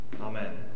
Amen